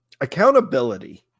accountability